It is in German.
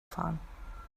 fahren